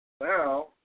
Now